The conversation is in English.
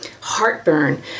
heartburn